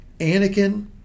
Anakin